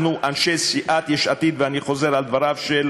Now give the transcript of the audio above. אנחנו, אנשי סיעת יש עתיד, ואני חוזר על דבריו של